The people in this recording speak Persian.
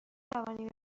توانی